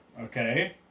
okay